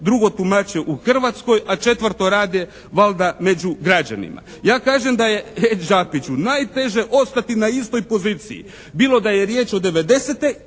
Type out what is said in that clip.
drugo tumače u Hrvatskoj, a četvrto rade valjda među građanima. Ja kažem da je Đapiću najteže ostati na istoj poziciji, bilo da je riječ o '90.